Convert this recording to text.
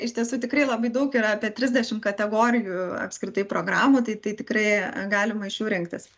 iš tiesų tikrai labai daug yra apie trisdešim kategorijų apskritai programų tai tai tikrai galima iš jų rinktis